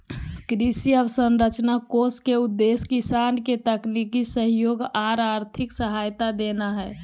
कृषि अवसंरचना कोष के उद्देश्य किसान के तकनीकी सहयोग आर आर्थिक सहायता देना हई